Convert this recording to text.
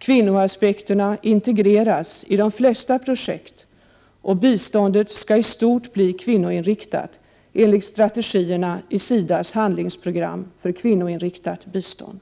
Kvinnoaspekterna integreras i de flesta projekt och biståndet skall i stort bli kvinnoinriktat enligt strategierna i SIDA:s handlingsprogram för kvinnoinriktat bistånd.